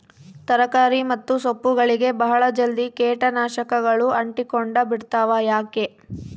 ತರಕಾರಿ ಮತ್ತು ಸೊಪ್ಪುಗಳಗೆ ಬಹಳ ಜಲ್ದಿ ಕೇಟ ನಾಶಕಗಳು ಅಂಟಿಕೊಂಡ ಬಿಡ್ತವಾ ಯಾಕೆ?